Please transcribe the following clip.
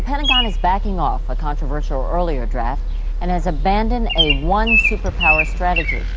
pentagon is backing off a controversial earlier draft and has abandoned a one-superpower strategy.